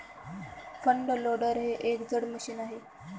front loader हे एक जड मशीन आहे